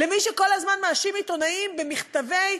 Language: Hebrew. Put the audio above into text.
למי שכל הזמן מאשים עיתונאים במכתבים,